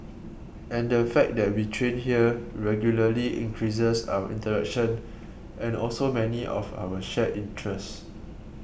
and the fact that we train here regularly increases our interaction and also many of our shared interests